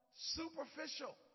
superficial